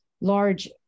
large